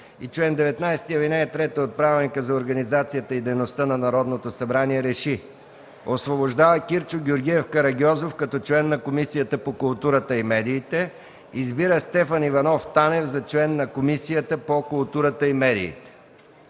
и чл. 19, ал. 3 от Правилника за организацията и дейността на Народното събрание РЕШИ: 1. Освобождава Кирчо Георгиев Карагьозов като член на Комисията по културата и медиите. 2. Избира Стефан Иванов Танев за член на Комисията по културата и медиите.”